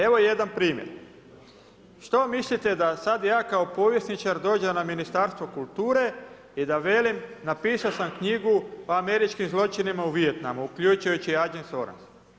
Evo jedan primjer, što mislite da sad ja kao povjesničar dođem u Ministarstvo kulture i da velim napisao sam knjigu o američkim zločinima u Vijetnamu, uključujući i Agent Orange.